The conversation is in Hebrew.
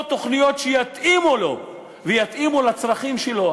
תוכניות שיתאימו להם ויתאימו לצרכים שלהם.